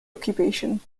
occupation